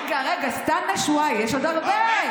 רגע, רגע, סטנה שוואיה, יש עוד הרבה.